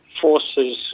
forces